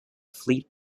fleet